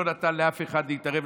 לא נתן לאף אחד להתערב,